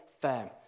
firm